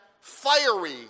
fiery